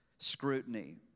scrutiny